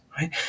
right